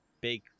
big